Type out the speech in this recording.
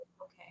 Okay